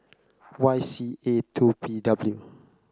Y C A two P W